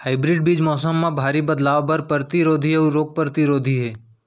hybrid बीज मौसम मा भारी बदलाव बर परतिरोधी अऊ रोग परतिरोधी हे